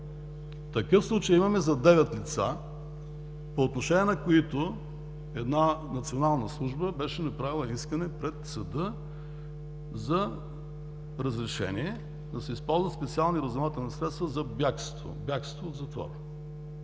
такъв случай имаме за девет лица, по отношение на които една национална служба беше направила искане пред съда за разрешение да се използват специални разузнавателни средства за бягство от затвора.